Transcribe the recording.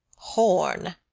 horn,